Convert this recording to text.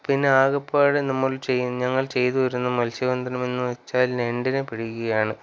പിന്നെ ആകപ്പാടെ നമ്മൾ ഞങ്ങൾ ചെയ്തുവരുന്ന മത്സ്യബന്ധനമെന്ന് വെച്ചാൽ ഞണ്ടിനെ പിടിക്കുകയാണ്